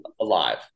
alive